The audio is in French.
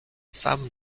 sam